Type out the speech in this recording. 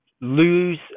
lose